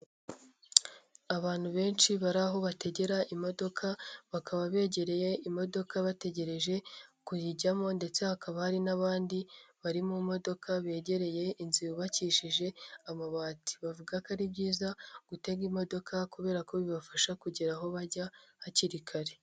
Abantu benshi bari aho bategera imodoka, bakaba begereye imodoka bategereje, kuyijyamo ndetse hakaba hari n'abandi, bari mu modoka begereye inzu yubakishije amabati. Bavuga ko ari byiza, gutega imodoka kubera ko bibafasha kugera aho bajya, hakiri kare.